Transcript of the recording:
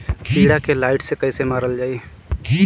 कीड़ा के लाइट से कैसे मारल जाई?